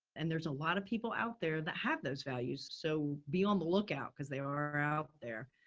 and there's a lot of people out there that have those values, so be on the lookout because they are out there.